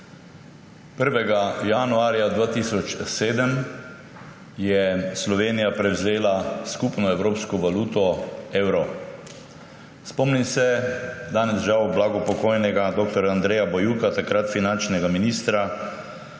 1. januarja 2007 je Slovenija prevzela skupno evropsko valuto evro. Spomnim se danes žal blagopokojnega dr. Andreja Bajuka, takrat finančnega ministra,